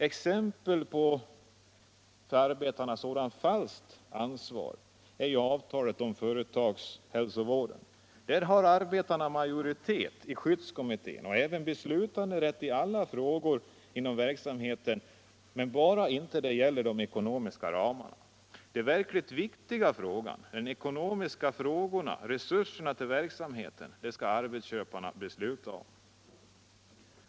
Exempel på sådant falskt ansvar för arbetarna är avtalet om företagshälsovård. Där har arbetarna majoritet i skyddskommittéer och även beslutanderätt i olika frågor inom verksamheten — bara det inte gäller de ekonomiska ramarna. De verkligt viktiga frågorna, som gäller ekonomi och resurser för verksamheten, skall alltså arbetsköparna besluta om.